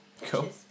cool